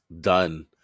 done